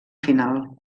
final